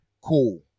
cool